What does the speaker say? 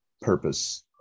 purpose